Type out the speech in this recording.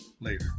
later